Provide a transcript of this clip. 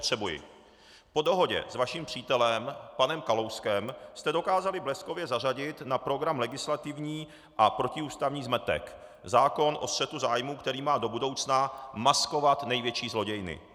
Po dohodě s vaším přítelem panem Kalouskem jste dokázali bleskově zařadit na program legislativní a protiústavní zmetek, zákon o střetu zájmů, který má do budoucna maskovat největší zlodějny.